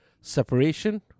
separation